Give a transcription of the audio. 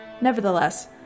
Nevertheless